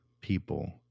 people